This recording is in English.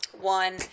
one